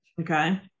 Okay